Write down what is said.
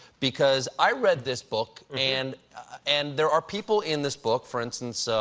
because i've read this book, and and there are people in this book for instance,